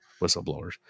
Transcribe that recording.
whistleblowers